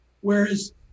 Whereas